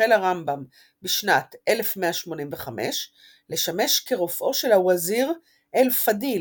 החל הרמב"ם בשנת 1185 לשמש כרופאו של הווזיר אל-פדיל,